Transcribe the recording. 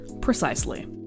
Precisely